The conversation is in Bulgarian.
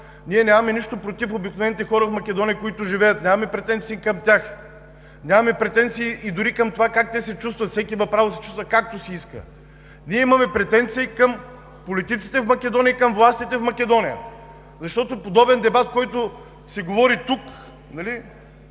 Ние нямаме нищо против обикновените хора, които живеят в Македония –нямаме претенции към тях, нямаме претенции и дори към това как те се чувстват – всеки има право да се чувства, както си иска. Ние имаме претенции към политиците и към властите в Македония, защото подобен дебат, който се води тук, ние